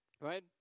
right